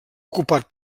ocupat